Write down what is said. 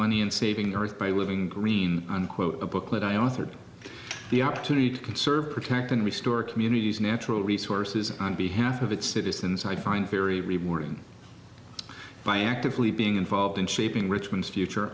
money and saving the earth by living green unquote a booklet i authored the opportunity to conserve protect and restore communities natural resources on behalf of its citizens i find very rewarding by actively being involved in shaping richmond's future